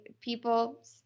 people